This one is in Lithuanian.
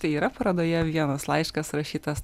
tai yra parodoje vienas laiškas rašytas